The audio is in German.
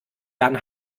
jan